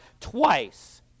twice